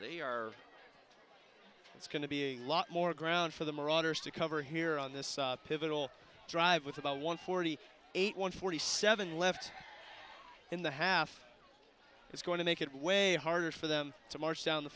they are it's going to be a lot more ground for the marauders to cover here on this pivotal drive with about one forty eight one forty seven left in the half is going to make it way harder for them to march down the